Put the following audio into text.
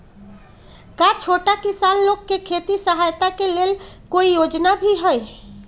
का छोटा किसान लोग के खेती सहायता के लेंल कोई योजना भी हई?